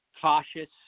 cautious